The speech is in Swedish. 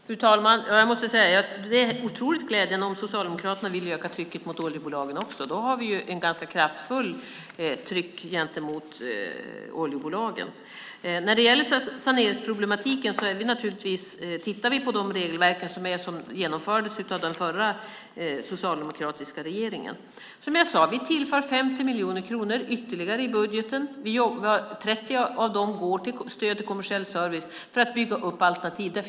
Fru talman! Jag måste säga att det är otroligt glädjande om också Socialdemokraterna vill öka trycket mot oljebolagen. Då har vi ett ganska kraftfullt tryck gentemot oljebolagen. När det gäller saneringsproblematiken tittar vi naturligtvis på de regelverk som genomfördes av den förra socialdemokratiska regeringen. Som jag sade tillför vi 50 miljoner kronor ytterligare i budgeten. 30 av dem går till stöd till kommersiell service för att bygga upp alternativ.